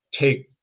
take